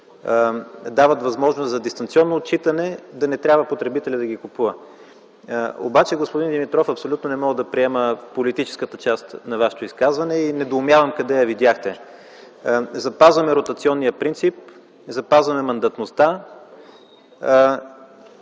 дават възможност за дистанционно отчитане, да не трябва потребителят да ги купува. Обаче, господин Димитров, абсолютно не мога да приема политическата част на Вашето изказване и недоумявам къде я видяхте. Запазваме ротационния принцип, запазваме мандатността